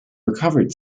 recovered